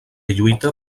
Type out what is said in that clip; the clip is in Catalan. lluita